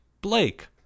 Blake